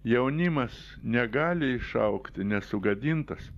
jaunimas negali išaugti nesugadintas